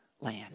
land